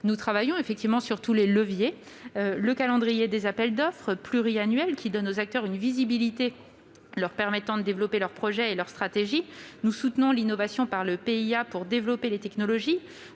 nous travaillons effectivement sur tous les leviers : nous avons mis en place un calendrier des appels d'offres pluriannuel, qui donne aux acteurs une visibilité leur permettant de développer leurs projets et leur stratégie ; nous soutenons l'innovation par le PIA pour développer les technologies